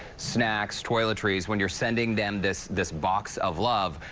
snacks, toiletries when you're sending them this this box of love,